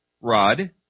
rod